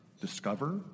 discover